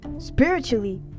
spiritually